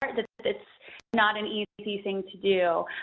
sort of it's not an easy thing to do.